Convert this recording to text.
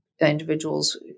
individuals